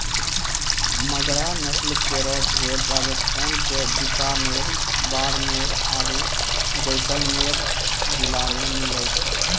मगरा नस्ल केरो भेड़ राजस्थान क बीकानेर, बाड़मेर आरु जैसलमेर जिला मे मिलै छै